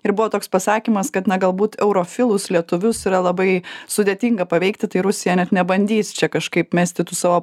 ir buvo toks pasakymas kad na galbūt eurofilus lietuvius yra labai sudėtinga paveikti tai rusija net nebandys čia kažkaip mesti tų savo